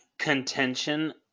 contention